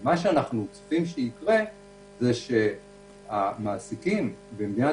מה שאנחנו צופים שיקרה זה שמעסיקים במדינת